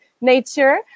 nature